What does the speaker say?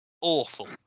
awful